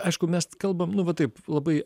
aišku mes kalbam nu va taip labai